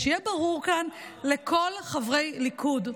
שיהיה ברור כאן לכל חברי הליכוד.